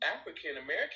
african-american